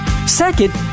Second